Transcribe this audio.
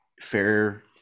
fair